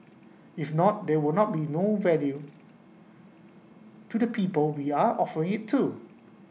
if not there not would be no value to the people we are offering IT to